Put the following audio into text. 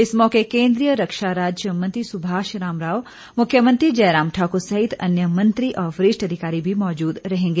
इस मौके केन्द्रीय रक्षा राज्य मंत्री सुभाष राम राव मुख्यमंत्री जयराम ठाकुर सहित अन्य मंत्री और वरिष्ठ अधिकारी भी मौजूद रहेंगे